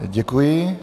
Děkuji.